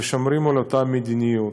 ושומרים על אותה מדיניות.